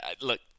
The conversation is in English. look